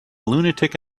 lunatic